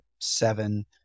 seven